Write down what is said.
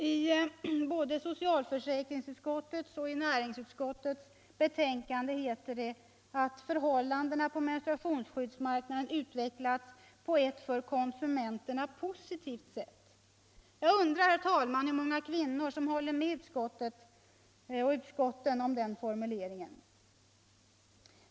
I både socialförsäkringsutskottets och näringsutskottets betänkanden heter det att förhållandena på menstruationsskyddsmarknaden utvecklats på ett för konsumenterna positivt sätt. Jag undrar hur många kvinnor som håller med utskotten om den formuleringen.